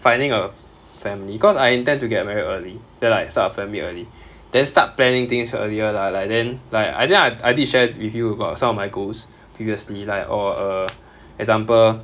finding a family cause I intend to get married early then like start a family early then start planning things earlier lah like then like I think I I did share with you about some of my goals previously like orh err example